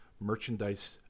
merchandise